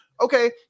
okay